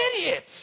idiot